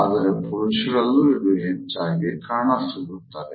ಆದ್ರೆ ಪುರುಷರಲ್ಲೂ ಇದು ಹೆಚ್ಚಾಗಿ ಕಾಣಸಿಗುತ್ತದೆ